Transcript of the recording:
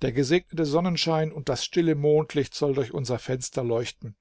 der gesegnete sonnenschein und das stille mondlicht soll durch unser fenster leuchten